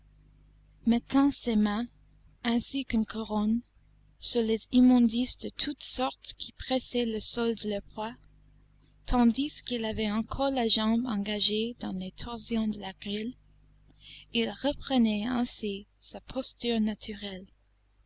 mettant ses mains ainsi qu'une couronne sur les immondices de toutes sortes qui pressaient le sol de leur poids tandis qu'il avait encore la jambe engagée dans les torsions de la grille il reprenait ainsi sa posture naturelle